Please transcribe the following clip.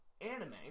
anime